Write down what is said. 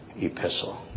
epistle